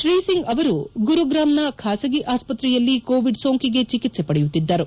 ಶ್ರೀ ಸಿಂಗ್ ಅವರು ಗುರುಗ್ರಾಮ್ನ ಖಾಸಗಿ ಆಸ್ಪತ್ರೆಯಲ್ಲಿ ಕೋವಿಡ್ ಸೋಂಕಿಗೆ ಚಿಕಿತ್ಸೆ ಪಡೆಯುತ್ತಿದ್ದರು